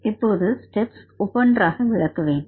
இப்போது ஸ்டெப்ஸ் ஒவ்வொன்றாக விளக்குவேன்